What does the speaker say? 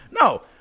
No